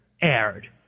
aired